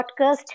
podcast